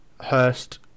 Hurst